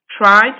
Try